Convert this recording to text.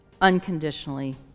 unconditionally